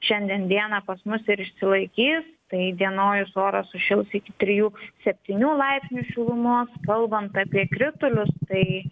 šiandien dieną pas mus ir išsilaikys tai įdienojus oras sušils iki trijų septynių laipsnių šilumos kalbant apie kritulius tai